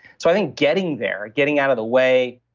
so i think getting there, getting out of the way,